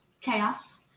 Chaos